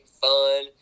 fun